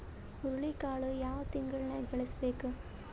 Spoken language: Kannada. ಹುರುಳಿಕಾಳು ಯಾವ ತಿಂಗಳು ನ್ಯಾಗ್ ಬೆಳಿಬೇಕು?